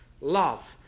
love